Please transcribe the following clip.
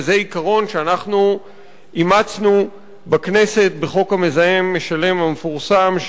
וזה עיקרון שאנחנו אימצנו בכנסת בחוק המזהם משלם המפורסם,